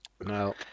No